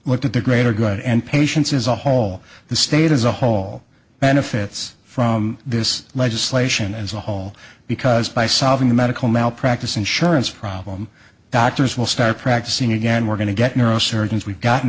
at the greater good and patience as a whole the state as a whole benefits from this legislation as a whole because by solving the medical malpractise insurance problem doctors will start practicing again we're going to get neurosurgeons we've got